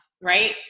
right